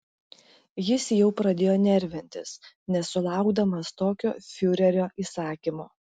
jis jau pradėjo nervintis nesulaukdamas tokio fiurerio įsakymo